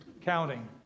Counting